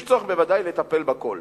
יש צורך בוודאי לטפל בכול: